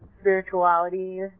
spirituality